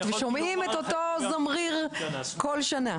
אתם שומעים את אותו זמריר כל שנה.